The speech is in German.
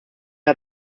hat